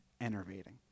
enervating